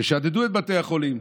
ששדדו את בתי החולים.